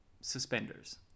suspenders